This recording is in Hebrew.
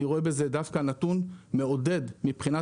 אני רואה בזה דווקא נתון מעודד מבחינת